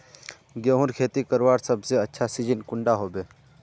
गेहूँर खेती करवार सबसे अच्छा सिजिन कुंडा होबे?